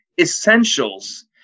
essentials